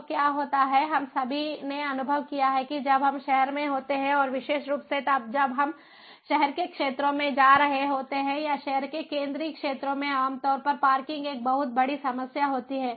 तो क्या होता है हम सभी ने अनुभव किया है कि जब हम शहर में होते हैं और विशेष रूप से तब जब हम शहर के क्षेत्रों में जा रहे होते हैं या शहर के केंद्रीय क्षेत्रों में आमतौर पर पार्किंग एक बहुत बड़ी समस्या होती है